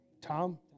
Tom